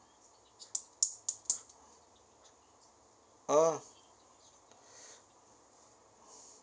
oh